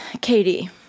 Katie